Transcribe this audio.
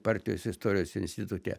partijos istorijos institute